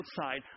outside